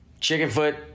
Chickenfoot